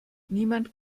niemand